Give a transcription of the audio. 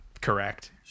correct